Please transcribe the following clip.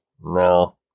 No